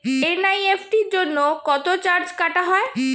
NEFT জন্য কত charge কাটা হয়?